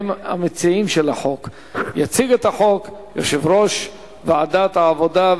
יציג את הצעת החוק יושב-ראש ועדת העבודה,